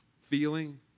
feeling